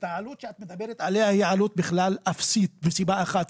העלות שאת מדברת עליה היא עלות בכלל אפסית מסיבה אחת,